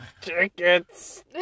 tickets